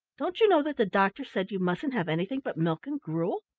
don't you know that the doctor said you mustn't have anything but milk and gruel?